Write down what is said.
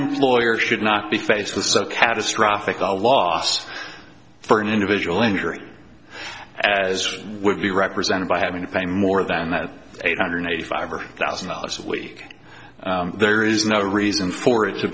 employer should not be faced with a catastrophic loss for an individual injury as would be represented by having to pay more than that eight hundred eighty five thousand dollars a week there is no reason for it to